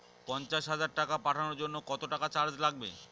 পণ্চাশ হাজার টাকা পাঠানোর জন্য কত টাকা চার্জ লাগবে?